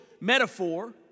metaphor